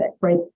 right